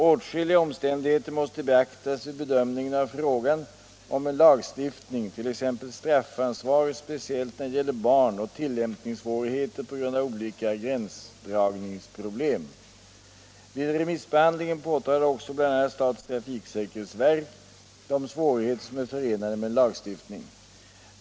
Åtskilliga omständigheter måste beaktas vid bedömningen av frågan om en lagstiftning, t.ex. straffansvaret speciellt när det gäller barn och tillämpningssvårigheter på grund av olika gränsdragningsproblem. Vid remissbehandlingen påtalade också bl.a. statens trafiksäkerhetsverk de svårigheter som är förenade med en lagstiftning.